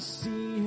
see